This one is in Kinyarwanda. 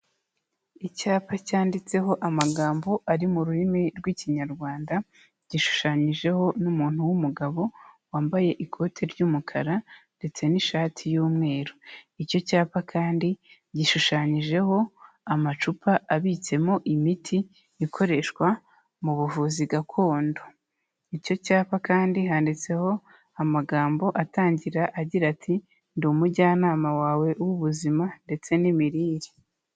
Icyapa cyanditseho amagambo ari mu rurimi rw'ikinyarwanda. Gishushanyijeho n'umuntu w'umugabo wambaye ikote ry'umukara ndetse n'ishati y'umweru. Icyo cyapa kandi gishushanyijeho amacupa abitsemo imiti ikoreshwa mu buvuzi gakondo. Icyo cyapa kandi handitseho amagambo atangira agira ati; ndi umujyanama wawe w'ubuzima ndetse n'imirire.